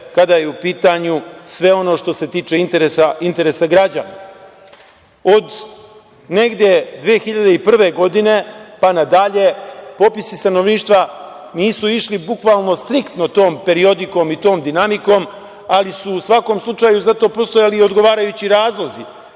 kada je u pitanju sve ono što se tiče interesa građana. Negde od 2001. godine pa nadalje popisi stanovništva nisu išli bukvalno striktno tom periodikom i tom dinamikom, ali su u svakom slučaju za to postojali i odgovarajući razlozi